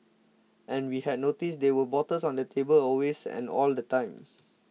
and we had noticed there were bottles on the table always and all the time